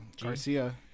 Garcia